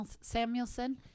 Samuelson